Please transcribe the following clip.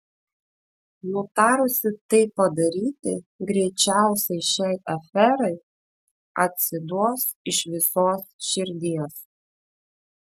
nutarusi tai padaryti greičiausiai šiai aferai atsiduos iš visos širdies